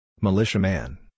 Militiaman